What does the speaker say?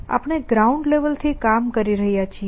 આપણે ground level થી કામ કરી રહ્યા છીએ